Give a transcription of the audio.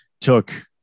took